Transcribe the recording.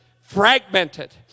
fragmented